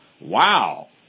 Wow